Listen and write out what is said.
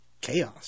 chaos